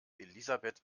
elisabeth